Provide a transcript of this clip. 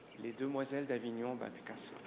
les demoiselles d'avignon by picasso.